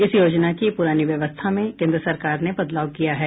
इस योजना की पुरानी व्यवस्था में केन्द्र सरकार ने बदलाव किया है